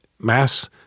mass